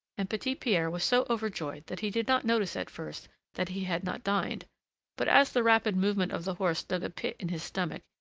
and petit pierre was so overjoyed that he did not notice at first that he had not dined but as the rapid movement of the horse dug a pit in his stomach,